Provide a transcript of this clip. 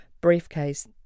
briefcase